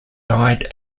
died